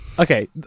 Okay